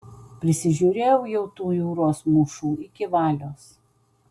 prisižiūrėjau jau tų jūros mūšų iki valios